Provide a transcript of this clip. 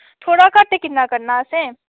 थोह्ड़ा घट्ट किन्ना करना असें